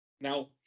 Now